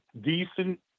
decent